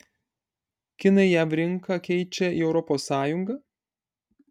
kinai jav rinką keičia į europos sąjungą